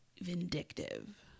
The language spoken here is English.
vindictive